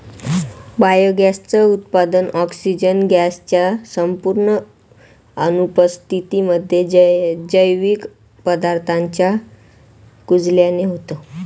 biogas च उत्पादन, oxygen gas च्या संपूर्ण अनुपस्थितीमध्ये, जैविक पदार्थांच्या कुजल्याने होतं